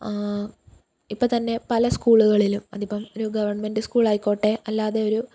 ഇപ്പോൾത്തന്നെ പല സ്കൂളുകളിലും അതിപ്പോൾ ഒരു ഗവൺമെന്റ് സ്കൂൾ ആയിക്കോട്ടെ അല്ലാതെ ഒരു